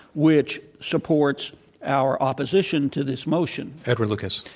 which supports our opposition to this motion. edward lucas.